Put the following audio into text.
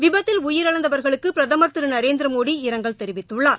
விபத்தில் உயிரிழந்தவர்களுக்கு பிரதமர் திரு நரேந்திர மோடி இரங்கல் தெரிவித்துள்ளார்